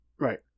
Right